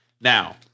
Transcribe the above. Now